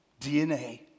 DNA